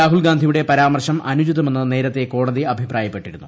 രാഹുൽഗാന്ധിയുടെ പരാമർശം അനുചിതമെന്ന് നേരത്തെ കോടതി അഭിപ്രായപ്പെട്ടിരുന്നു